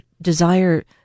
desire